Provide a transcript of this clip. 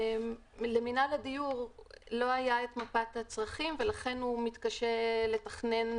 למינהל הדיור לא היתה את מפת הצרכים ולכן הוא מתקשה לתכנן,